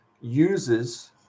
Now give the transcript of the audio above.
uses